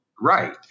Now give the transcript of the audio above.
Right